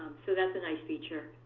so that's a nice feature.